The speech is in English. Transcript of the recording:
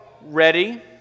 ready